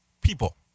people